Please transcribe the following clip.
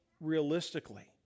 realistically